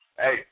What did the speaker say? Hey